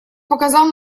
показал